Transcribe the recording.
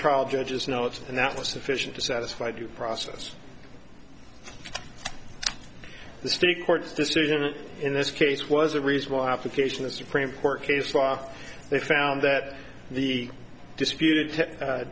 trial judge's notes and that was sufficient to satisfy due process the state court's decision in this case was a reasonable application of supreme court case law they found that the disputed